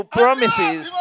promises